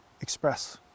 express